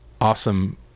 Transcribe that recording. awesome